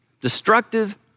destructive